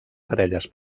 parelles